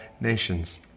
nations